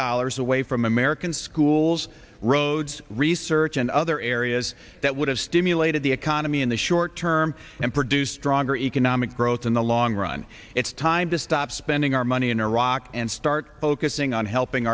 dollars away from american schools roads research and other areas that would have stimulated the economy in the short term and produce stronger economic growth in the long run it's time to stop spending our money in iraq and start focusing on helping